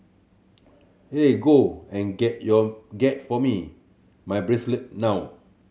eh go and get your get for me my bracelet now